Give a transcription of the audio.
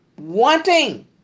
wanting